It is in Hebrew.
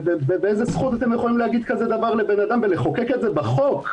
באיזו זכות אתם יכולים להגיד דבר כזה לבן אדם ולחוקק את זה בחוק?